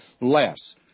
less